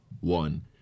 one